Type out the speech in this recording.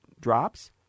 drops